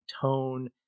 tone